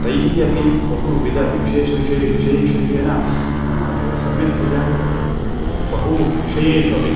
तैः अपि बहुविधविशेषविषये विशेषेन विशेषेन तत्र सम्यक्तया बहुषु विषयेषु अपि